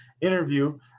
interview